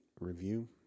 review